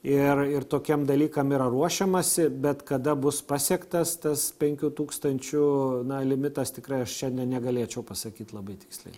ir ir tokiem dalykam yra ruošiamasi bet kada bus pasiektas tas penkių tūkstančių na limitas tikrai aš čia ne negalėčiau pasakyt labai tiksliai